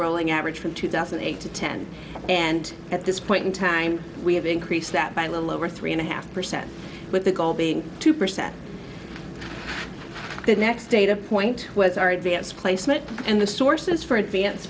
rolling average from two thousand and eight to ten and at this point in time we have increased that by a little over three and a half percent with the goal being two percent the next data point was our advanced placement and the sources for advanced